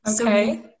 Okay